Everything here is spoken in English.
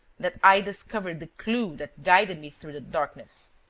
that i discovered the clue that guided me through the darkness.